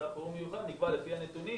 מצב חירום מיוחד נקבע לפי הנתונים,